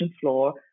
floor